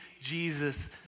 Jesus